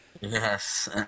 Yes